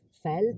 felt